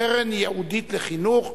קרן ייעודית לחינוך).